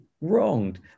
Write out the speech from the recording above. wronged